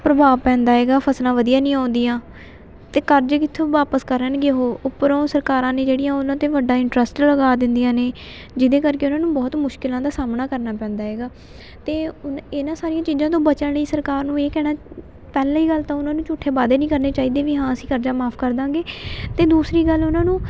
ਪ੍ਰਭਾਵ ਪੈਂਦਾ ਹੈਗਾ ਫਸਲਾਂ ਵਧੀਆ ਨਹੀਂ ਆਉਂਦੀਆਂ ਅਤੇ ਕਰਜ਼ੇ ਕਿੱਥੋਂ ਵਾਪਸ ਕਰਨਗੇ ਉਹ ਉੱਪਰੋਂ ਸਰਕਾਰਾਂ ਨੇ ਜਿਹੜੀਆਂ ਉਹਨਾਂ 'ਤੇ ਵੱਡਾ ਇੰਟਰਸਟ ਲਗਾ ਦਿੰਦੀਆਂ ਨੇ ਜਿਹਦੇ ਕਰਕੇ ਉਹਨਾਂ ਨੂੰ ਬਹੁਤ ਮੁਸ਼ਕਲਾਂ ਦਾ ਸਾਹਮਣਾ ਕਰਨਾ ਪੈਂਦਾ ਹੈਗਾ ਅਤੇ ਉਨ ਇਹਨਾਂ ਸਾਰੀਆਂ ਚੀਜ਼ਾਂ ਤੋਂ ਬਚਣ ਲਈ ਸਰਕਾਰ ਨੂੰ ਇਹ ਕਹਿਣਾ ਪਹਿਲੀ ਗੱਲ ਤਾਂ ਉਹਨਾਂ ਨੂੰ ਝੂਠੇ ਵਾਅਦੇ ਨਹੀਂ ਕਰਨੇ ਚਾਹੀਦੇ ਵੀ ਹਾਂ ਅਸੀਂ ਕਰਜ਼ਾ ਮਾਫ ਕਰ ਦੇਵਾਂਗੇ ਅਤੇ ਦੂਸਰੀ ਗੱਲ ਉਹਨਾਂ ਨੂੰ